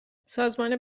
سازمان